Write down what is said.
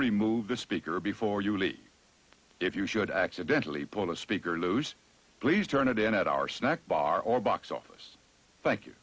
remove the speaker before you leave if you should accidentally pull a speaker loose please turn it in at our snack bar or box office thank you